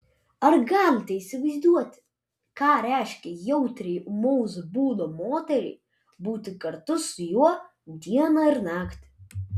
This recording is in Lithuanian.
ar galite įsivaizduoti ką reiškia jautriai ūmaus būdo moteriai būti kartu su juo dieną ir naktį